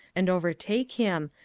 and overtake him,